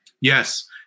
Yes